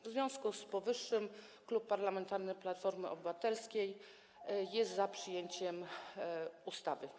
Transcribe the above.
W związku z powyższym Klub Parlamentarny Platforma Obywatelska jest za przyjęciem ustawy.